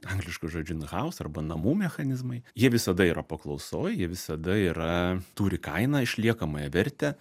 angliškų žodžiu inhaus arba namų mechanizmai jie visada yra paklausoj jie visada yra turi kainą išliekamąją vertę